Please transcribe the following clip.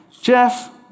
Jeff